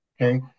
okay